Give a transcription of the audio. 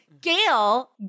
Gail